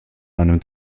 einem